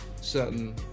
certain